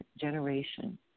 generation